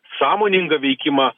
sąmoningą veikimą